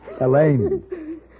Elaine